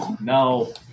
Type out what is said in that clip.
No